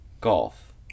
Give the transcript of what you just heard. golf